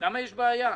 למה יש בעיה?